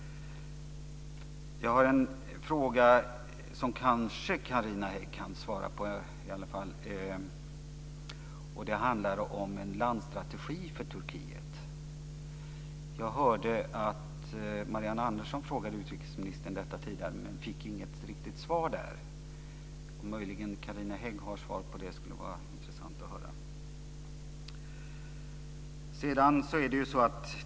Jag har en fråga som kanske Carina Hägg kan svara på. Den handlar om en landstrategi för Turkiet. Jag hörde att Marianne Andersson frågade utrikesministern tidigare om detta men att hon inte fick något riktigt svar. Om möjligen Carina Hägg har ett svar skulle vara intressant att höra.